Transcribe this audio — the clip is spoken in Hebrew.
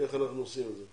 איך אנחנו עושים את זה.